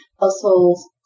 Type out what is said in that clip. households